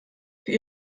für